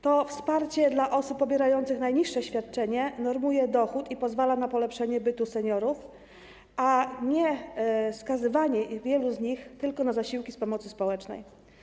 To wsparcie dla osób pobierających najniższe świadczenie normuje dochód i pozwala na polepszenie bytu seniorów, a nie na skazywanie wielu z nich tylko na zasiłki z pomocy społecznej.